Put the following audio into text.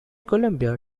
columbia